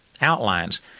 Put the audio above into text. outlines